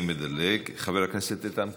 חבר הכנסת איתן כבל.